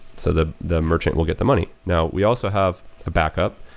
so the the merchant will get the money now we also have a backup.